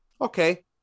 Okay